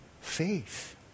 faith